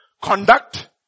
conduct